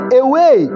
away